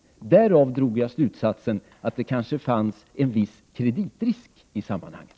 Därav drog jag slutsatsen att det kanske fanns en viss kreditrisk i sammanhanget.